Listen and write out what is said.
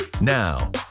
Now